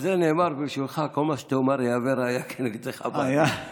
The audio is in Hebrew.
על זה נאמר בשבילך: כל מה שתאמר יהווה ראיה כנגדך בעתיד.